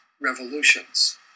revolutions